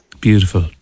beautiful